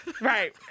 right